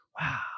wow